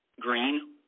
green